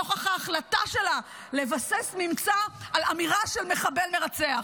נוכח ההחלטה שלה לבסס ממצא על אמירה של מחבל מרצח.